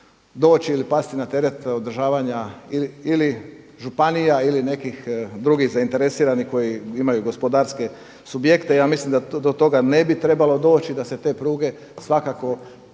doći ili pasti na teret održavanja ili županija ili nekih drugih zainteresiranih koji imaju gospodarske subjekte. Ja mislim da do toga ne bi trebalo doći, da se te pruge svakako